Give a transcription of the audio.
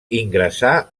ingressà